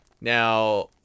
Now